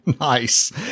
nice